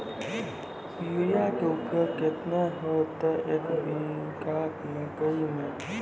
Urea के उपयोग केतना होइतै, एक बीघा मकई मे?